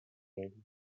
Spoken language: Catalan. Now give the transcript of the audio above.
ell